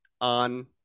on